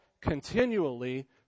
continually